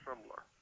similar